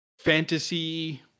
fantasy